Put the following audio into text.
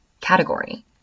category